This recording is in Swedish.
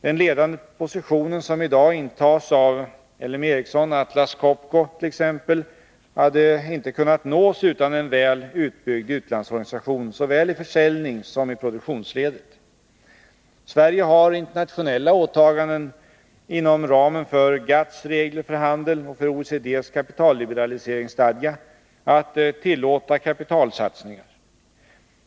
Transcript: Den ledande positionen, som i dag intas av L M Ericsson och Atlas Copco t.ex., hade inte kunnat nås utan en väl utbyggd utlandsorganisation såväl i försäljningssom i produktionsledet. Sverige har internationella åtaganden inom ramen för GATT:s regler för handel och för OECD:s kapitalliberaliseringsstadga att tillåta kapitalsatsningar.